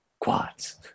Quads